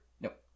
Nope